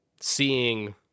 seeing